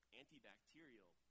antibacterial